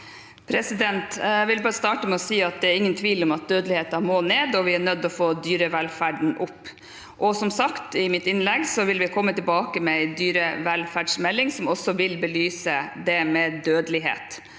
Jeg vil starte med å si at det er ingen tvil om at dødeligheten må ned, og at vi er nødt til å få dyrevelferden opp. Som jeg sa i mitt innlegg, vil vi komme tilbake med en dyrevelferdsmelding som også vil belyse det med dødelighet.